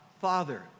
Father